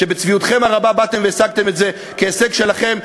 כשבצביעותכם הרבה באתם והצגתם את זה כהישג שלכם,